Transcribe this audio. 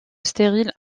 stériles